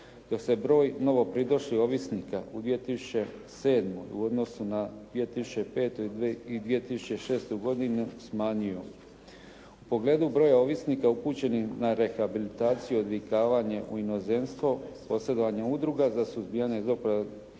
dok se broj novopridošlih ovisnika u 2007. u odnosu na 2005. i 2006. godinu smanjio. U pogledu broja ovisnika upućenih na rehabilitaciju i odvikavanje u inozemstvo, posredovanje udruga za suzbijanje zloporabe